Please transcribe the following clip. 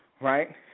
right